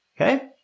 Okay